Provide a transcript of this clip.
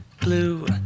blue